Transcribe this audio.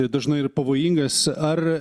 dažnai ir pavojingas ar